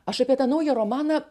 aš apie tą naują romaną